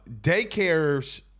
Daycares